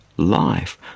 Life